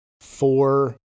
four